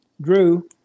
Drew